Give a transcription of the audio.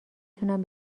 تونم